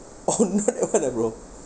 oh not that one ah bro